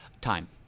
Time